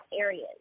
areas